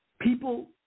People